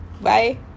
Bye